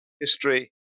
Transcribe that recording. history